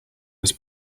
was